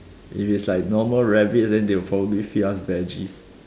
if is like normal rabbits then they will probably feed us veggies